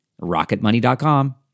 rocketmoney.com